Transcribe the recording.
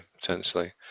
potentially